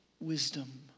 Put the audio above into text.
wisdom